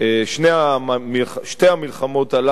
שתי המלחמות הללו,